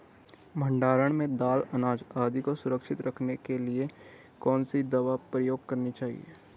भण्डारण में दाल अनाज आदि को सुरक्षित रखने के लिए कौन सी दवा प्रयोग करनी चाहिए?